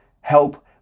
help